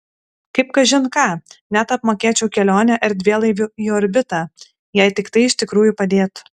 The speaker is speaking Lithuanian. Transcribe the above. kaip kažin ką net apmokėčiau kelionę erdvėlaiviu į orbitą jei tik tai iš tikrųjų padėtų